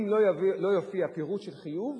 אם לא יופיע פירוט של חיוב,